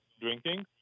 drinking